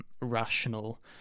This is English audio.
rational